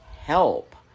help